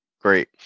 Great